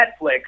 Netflix